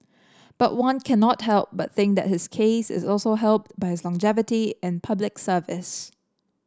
but one cannot help but think that his case is also helped by his longevity in Public Service